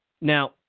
Now